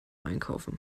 einkaufen